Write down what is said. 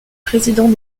président